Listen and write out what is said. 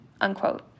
unquote